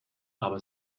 aber